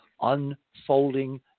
unfolding